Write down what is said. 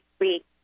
week